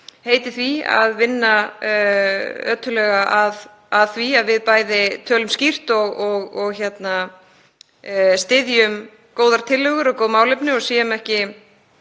heiti því að vinna ötullega að því að við bæði tölum skýrt og styðjum góðar tillögur og góð málefni og séum ekki